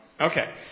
Okay